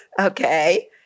okay